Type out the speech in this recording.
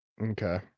Okay